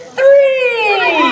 three